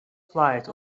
flight